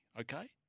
Okay